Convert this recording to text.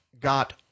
got